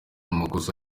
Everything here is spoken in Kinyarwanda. amakosa